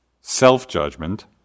self-judgment